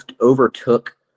overtook